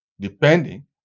depending